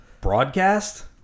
broadcast